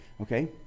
Okay